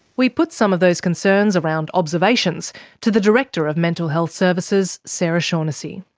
we put some of those concerns around observations to the director of mental health services, sara shaughnessy.